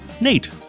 Nate